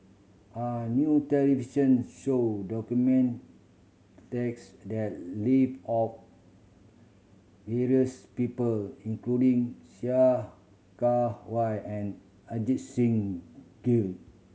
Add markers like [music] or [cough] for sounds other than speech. a new television show documented text [unintelligible] live of various people including Sia Kah Hui and Ajit Singh Gill